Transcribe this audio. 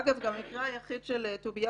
אגב, במקרה היחיד של טוביאנסקי,